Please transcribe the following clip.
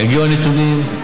יגיעו הנתונים,